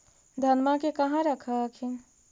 धनमा के कहा रख हखिन?